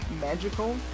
magical